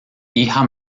hija